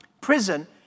prison